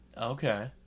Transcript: okay